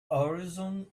horizon